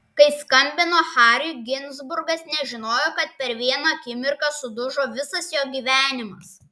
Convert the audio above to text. kai skambino hariui ginzburgas nežinojo kad per vieną akimirką sudužo visas jo gyvenimas